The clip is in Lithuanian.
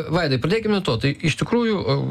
vaidai pradėkim nuo to tai iš tikrųjų